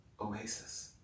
oasis